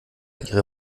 ihre